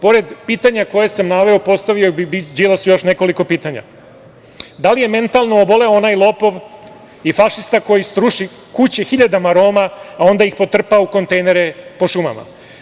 Pored pitanja koje sam naveo, postavio bih Đilasu još nekoliko pitanja - da li je mentalno oboleo onaj lopov i fašista koji sruši kuće hiljadama Roma, a onda ih potrpa u kontejnere po šumama?